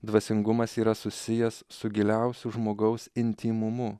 dvasingumas yra susijęs su giliausiu žmogaus intymumu